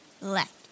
left